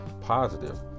positive